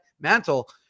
mantle